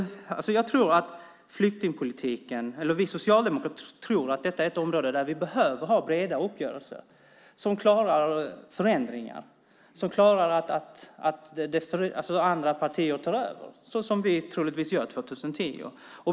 Vi socialdemokrater tror att detta är ett område där vi behöver ha breda uppgörelser som klarar förändringar och att andra partier tar över, såsom vi troligtvis gör 2010.